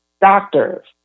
doctors